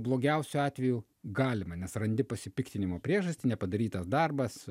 blogiausiu atveju galima nes randi pasipiktinimo priežastį nepadarytas darbas